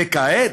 וכעת,